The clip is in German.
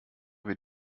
wir